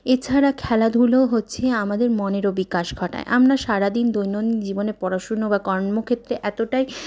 এছাড়া খেলাধুলো হচ্ছে আমাদের মনেরও বিকাশ ঘটায় আমরা সারাদিন দৈনন্দিন জীবনে পড়াশুনা বা কর্মক্ষেত্রে এতোটাই